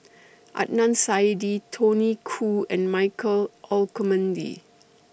Adnan Saidi Tony Khoo and Michael Olcomendy